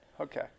Okay